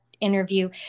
interview